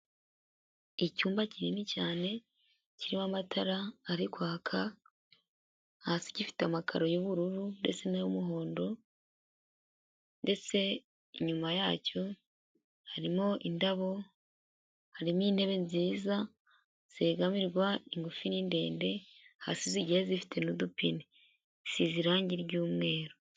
Icyumba kinini cyane kirimo amatara arikoka hasi gifite amakaro y'ubururu ndetse n'ay'umuhondo ndetse inyuma yacyo harimo indabo harimo intebe nziza zegamirwa ingufi ni ndende hasi zigiye zifite n'udupine isize irangi ry'umweru.